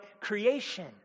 creation